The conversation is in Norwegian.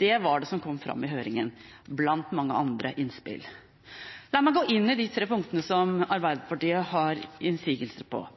Det var det som kom fram i høringen blant mange andre innspill. La meg gå inn i de tre punktene som Arbeiderpartiet har innsigelser